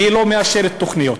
והיא לא מאשרת תוכניות.